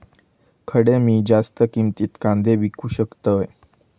खडे मी जास्त किमतीत कांदे विकू शकतय?